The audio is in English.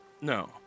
No